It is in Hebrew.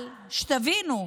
אבל שתבינו,